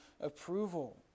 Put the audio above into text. approval